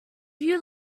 you